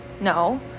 No